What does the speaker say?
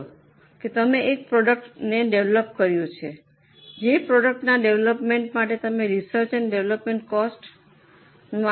માની લો કે તમે એક પ્રોડક્ટ P ડિવેલપ કર્યું છે જે પ્રાડક્ટ ના ડિવેલપ્મન્ટ માટે તમે રિસર્ચ ઐન્ડ ડિવેલપ્મન્ટ કોસ્ટ 10 લાખનો કર્યો છે